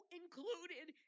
included